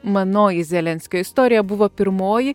manoji zelenskio istorija buvo pirmoji